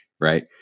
Right